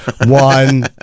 one